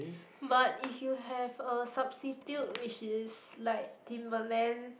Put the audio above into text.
but if you have a substitute which is like Timberland